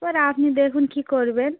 এবার আপনি দেখুন কী করবেন